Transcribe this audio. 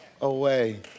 away